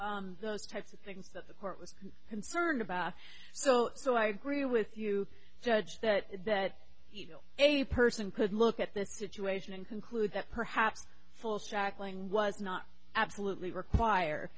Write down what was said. those types of things that the court was concerned about so so i agree with you judge that that even a person could look at this situation and conclude that perhaps full straggling was not absolutely require